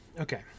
Okay